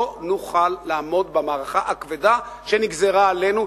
לא נוכל לעמוד במערכה הכבדה שנגזרה עלינו,